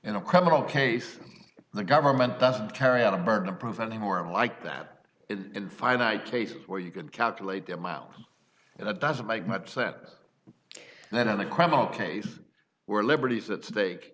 in a criminal case the government doesn't carry out a burden of proof anymore like that and finite cases where you could calculate the amount and it doesn't make much sense that in the criminal case we're liberties at stake